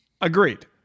Agreed